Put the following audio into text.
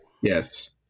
Yes